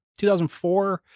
2004